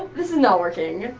this is not working.